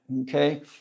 okay